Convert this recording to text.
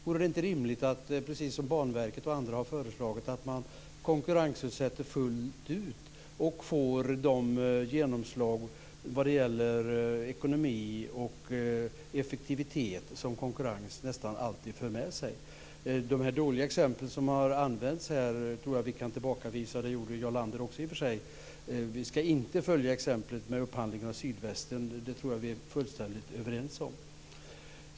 Vore det inte rimligt, precis som Banverket och andra har föreslagit, med en konkurrensutsättning fullt ut? Då skulle man få de genomslag när det gäller ekonomi och effektivitet som konkurrens nästan alltid för med sig. De dåliga exempel som har anförts här tror jag att vi kan tillbakavisa, vilket också Jarl Lander i och för sig gjorde. Vi ska inte följa exemplet med upphandlingen av Sydvästen, det tror jag att vi är fullständigt överens om.